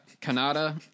Canada